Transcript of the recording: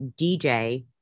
DJ